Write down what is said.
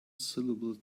syllable